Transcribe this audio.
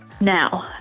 Now